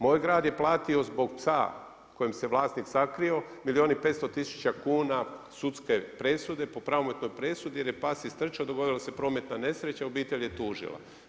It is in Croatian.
Moj grad je plati zbog psa kojem se vlasnik sakrio milijun i 500 tisuća kuna sudske presude po pravomoćnoj presudi jer je pas istrčao dogodila se prometna nesreća, obitelj je tužila.